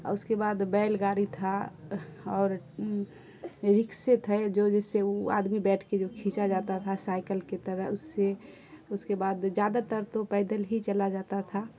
اور اس کے بعد بیل گاڑی تھا اور رکسے تھے جو جس سے وہ آدمی بیٹھ کے جو کھینچا جاتا تھا سائیکل کی طرح اس سے اس کے بعد زیادہ تر تو پیدل ہی چلا جاتا تھا